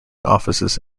offices